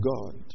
God